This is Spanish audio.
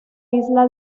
isla